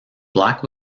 black